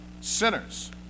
sinners